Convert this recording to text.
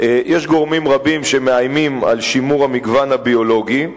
יש גורמים רבים שמאיימים על שימור המגוון הביולוגי,